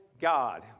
God